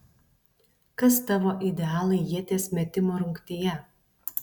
kas tavo idealai ieties metimo rungtyje